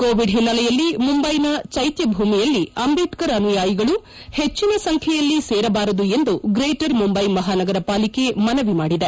Covid ಹಿನ್ನೆಲೆಯಲ್ಲಿ ಮುಂಬೈನ ಚೈತ್ಲಭೂಮಿಯಲ್ಲಿ ಅಂಬೇಡ್ಕರ್ ಅನುಯಾಯಿಗಳು ಹೆಚ್ಚನ ಸಂಚ್ಯೆಯಲ್ಲಿ ಸೇರಬಾರದು ಎಂದು ಗ್ರೇಟರ್ ಮುಂಬೈ ಮಹಾನಗರ ಪಾಲಿಕೆ ಮನವಿ ಮಾಡಿದೆ